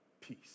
Peace